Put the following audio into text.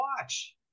watch